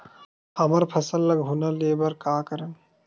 हमर फसल ल घुना ले बर का करन?